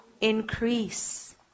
increase